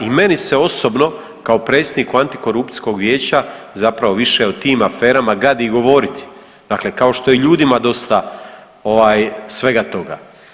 I meni se osobno kao predsjedniku Antikorupcijskog vijeća zapravo više o tim aferama gadi govoriti, dakle kao što je i ljudima dosta svega toga.